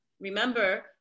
Remember